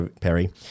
Perry